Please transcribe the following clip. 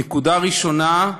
נקודה ראשונה,